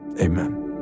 amen